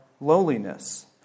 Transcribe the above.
lowliness